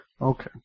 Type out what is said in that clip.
Okay